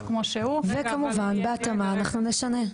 כמו שהוא --- וכמובן בהתאמה אנחנו נשנה.